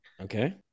Okay